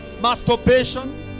masturbation